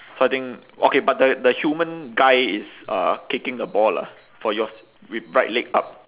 starting okay but the the human guy is uh kicking the ball lah for yours with right leg up